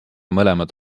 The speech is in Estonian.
mõlemad